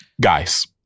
guys